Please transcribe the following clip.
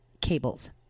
cables